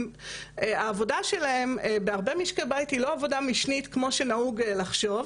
העבודה שלהן בהרבה משקי בית היא לא עבודה משנית כמו שנהוג לחשוב,